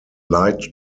light